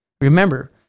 Remember